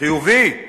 חיובי?